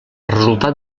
resultat